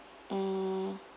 mm